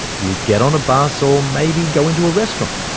you get on a bus or maybe go into a restaurant,